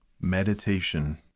Meditation